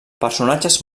personatges